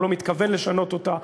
הוא לא מתכוון לשנות אותה,